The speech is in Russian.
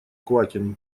квакин